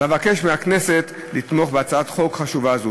אבקש מהכנסת לתמוך בהצעת חוק חשובה זו.